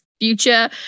future